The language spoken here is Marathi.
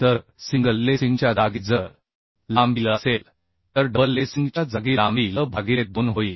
तर सिंगल लेसिंगच्या जागी जर लांबी L असेल तर डबल लेसिंगच्या जागी लांबी L भागिले 2 होईल